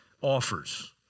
offers